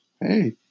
Hey